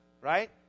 right